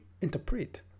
interpret